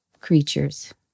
creatures